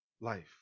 life